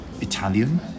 Italian